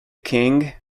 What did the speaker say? king